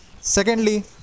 secondly